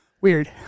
weird